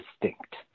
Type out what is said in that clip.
distinct